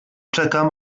czekam